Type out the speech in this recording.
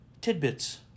tidbits